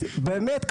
באמת,